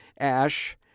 Ash